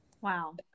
Wow